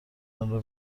آنرا